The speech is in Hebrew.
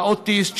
האוטיסט,